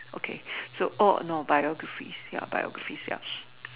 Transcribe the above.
okay so oh no biographies yup biographies yup